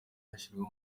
yashyizweho